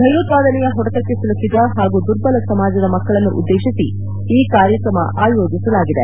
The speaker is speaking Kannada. ಭಯೋತ್ಪಾದನೆಯ ಹೊಡೆತಕ್ಕೆ ಸಿಲುಕಿದ ಹಾಗೂ ದುರ್ಬಲ ಸಮಾಜದ ಮಕ್ಕಳನ್ನು ಉದ್ದೇಶಿಸಿ ಈ ಕಾರ್ಕ್ರಮ ಆಯೋಜೆಲಾಗಿದೆ